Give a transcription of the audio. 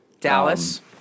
Dallas